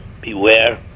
beware